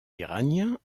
iranien